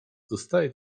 zostaje